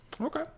Okay